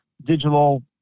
digital